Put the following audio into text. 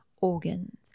organs